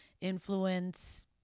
influence